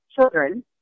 children